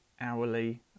hourly